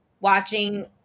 watching